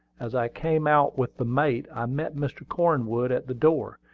as i came out with the mate, i met mr. cornwood at the door.